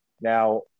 now